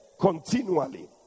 continually